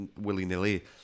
willy-nilly